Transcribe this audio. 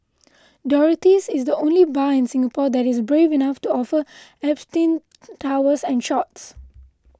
Dorothy's is the only bar in Singapore that is brave enough to offer Absinthe towers and shots